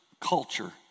culture